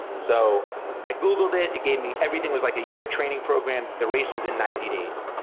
so i googled it, it gave me, everything was like a year training program, the race was in ninety days.